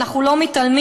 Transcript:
אנחנו לא מתעלמים,